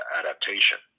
adaptation